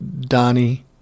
Donnie